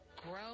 Grow